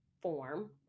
form